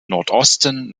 nordosten